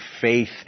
faith